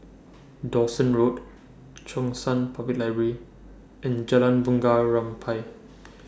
Dawson Road Cheng San Public Library and Jalan Bunga Rampai